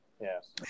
Yes